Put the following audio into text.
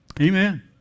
Amen